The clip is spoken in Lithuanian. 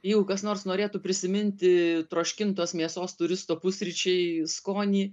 jeigu kas nors norėtų prisiminti troškintos mėsos turisto pusryčiai skonį